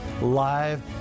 live